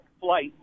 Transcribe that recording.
flight